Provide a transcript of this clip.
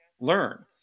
learn